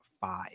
five